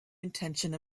intention